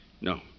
No